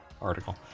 article